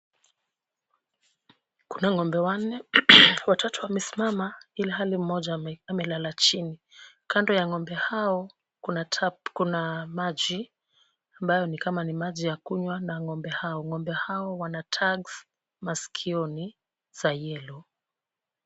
Kuna ng'ombe wanne. Watoto wamesimama ilhali mmoja amelala chini ,kando ya ng'ombe hao kuna tap kuna maji ambayo ni kama ni maji ya kunywa na ng'ombe hao.Ng'ombe hao wana tags [ cs] masikioni za yellow [ cs].